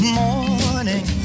morning